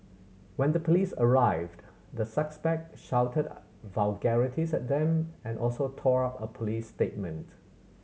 when the police arrived the suspect shouted vulgarities at them and also tore up a police statement